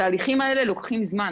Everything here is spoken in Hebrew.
התהליכים האלה לוקחים זמן.